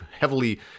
heavily